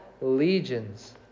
legions